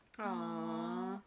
Aww